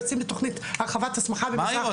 יוצאים בתכנית הרחבת הסמכה במזרח ירושלים.